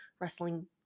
wrestling